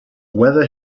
whether